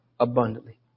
Abundantly